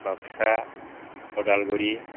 Baksa Udalguri